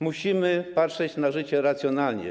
Musimy patrzeć na życie racjonalnie.